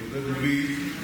שהתמודד מולי,